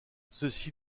ceci